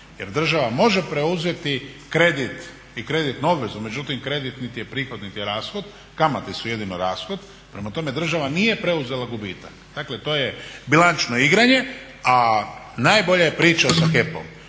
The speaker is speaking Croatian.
Jer država može preuzeti kredit i kreditnu obvezu međutim kredit niti je prihod niti rashod, kamate su jedino rashod, prema tome država nije preuzela gubitak. Dakle, to je bilančno igranje. A najbolja je priča sa HEP-om.